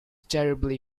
terribly